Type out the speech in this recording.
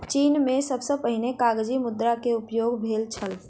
चीन में सबसे पहिने कागज़ी मुद्रा के उपयोग भेल छल